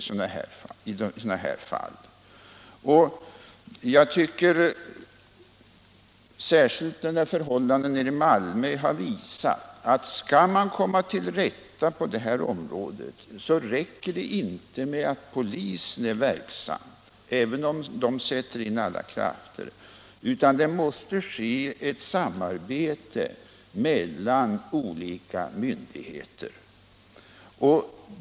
Skall man komma till rätta med problemen på detta område räcker det inte — det tycker jag särskilt förhållandena i Malmö har visat — med att polisen är verksam, även om polisen sätter in alla krafter. Det måste komma till stånd ett samarbete mellan olika myndigheter.